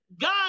God